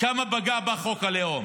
כמה פגע בה חוק הלאום,